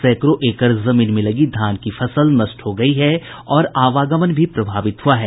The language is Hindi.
सैंकड़ों एकड़ जमीन में लगी धान की फसल नष्ट हो गयी है और आवागमन भी प्रभावित हुआ है